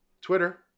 Twitter